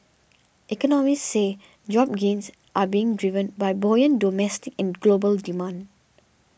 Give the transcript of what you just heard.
economists say job gains are being driven by buoyant domestic and global demand